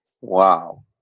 Wow